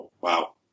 Wow